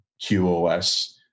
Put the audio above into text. QoS